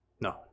No